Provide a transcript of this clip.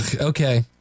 Okay